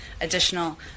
additional